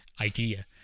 idea